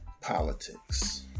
politics